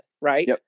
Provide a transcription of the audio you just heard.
right